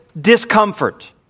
discomfort